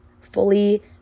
fully